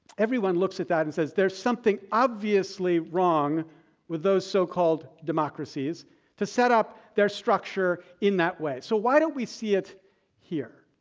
everyone looks at that and says, there is something obviously wrong with those so called democracies to set up their structure in that way. so why don't we see it here?